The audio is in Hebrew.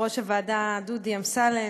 יושב-ראש הוועדה דודי אמסלם,